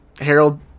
Harold